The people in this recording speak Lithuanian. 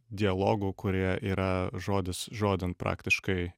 dialogų kurie yra žodis žodin praktiškai